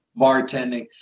bartending